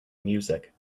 music